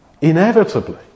inevitably